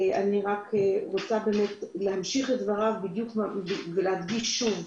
אבל אני רוצה להמשיך את דבריו ולהדגיש שוב: